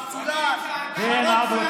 עם סודאן?) (כן,